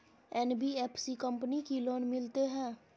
NBFC company की loan मिलते है?